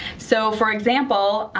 so for example,